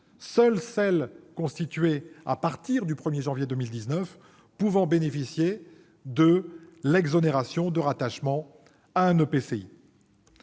seules celles constituées à compter du 1 janvier 2019 pouvant bénéficier de l'exonération de rattachement à un EPCI.